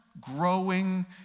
growing